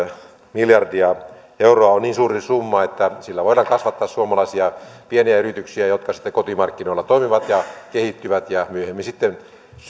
miljardia euroa on niin suuri summa että sillä voidaan kasvattaa suomalaisia pieniä yrityksiä jotka sitten kotimarkkinoilla toimivat ja kehittyvät ja myöhemmin myös sitten